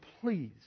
Please